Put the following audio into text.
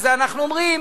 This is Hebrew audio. אז אנחנו אומרים: